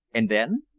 and then?